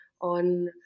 on